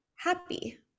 happy